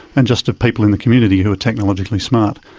and just of people in the community who are technologically smart.